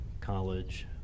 college